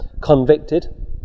convicted